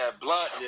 blunt